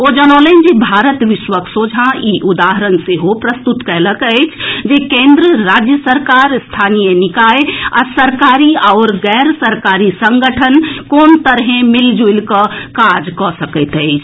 ओ जनौलनि जे भारत विश्वक सोझा ई उदाहरण सेहो प्रस्तुत कएलक अछि जे केन्द्र राज्य सरकार स्थानीय निकाय आ सरकारी आओर गैर सरकारी संगठन कोन तरहें मिलिजुलि कऽ काज कऽ सकैत अछि